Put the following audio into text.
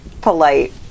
polite